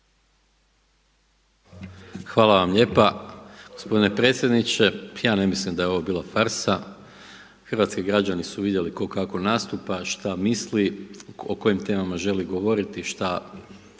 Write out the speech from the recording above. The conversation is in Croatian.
Hvala lijepa gospodine predsjedniče. Ja ne mislim da je ovo bila farsa, hrvatski građani su vidjeli tko kako nastupa, šta misli, o kojim temama želi govoriti, šta